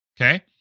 Okay